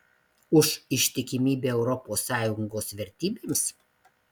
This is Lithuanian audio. už ištikimybę europos sąjungos vertybėms